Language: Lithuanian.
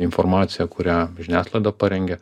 informacija kurią žiniasklaida parengė